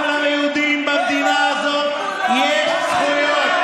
גם ליהודים במדינה הזאת יש זכויות.